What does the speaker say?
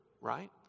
right